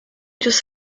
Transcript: just